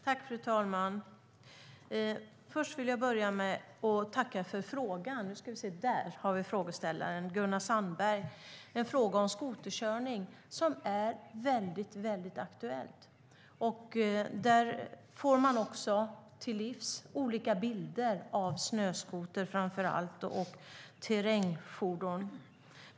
Fru talman! Först vill jag tacka Gunnar Sandberg för frågan om skoterkörning - en fråga som är väldigt aktuell. Vi får oss till livs olika bilder av framför allt snöskotern och andra terrängfordon.